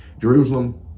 Jerusalem